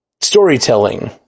storytelling